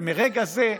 ומרגע זה,